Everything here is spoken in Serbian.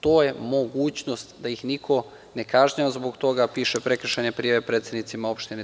To je mogućnost da ih niko ne kažnjava zbog toga, piše prekršajne prijave predsednicima opštine itd.